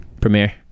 Premiere